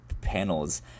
panels